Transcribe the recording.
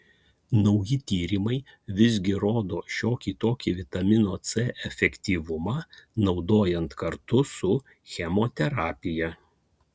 nauji tyrimai visgi rodo šiokį tokį vitamino c efektyvumą naudojant kartu su chemoterapija